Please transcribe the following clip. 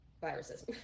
viruses